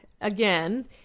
again